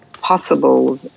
possible